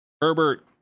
Herbert